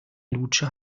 lutscher